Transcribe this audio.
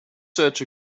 such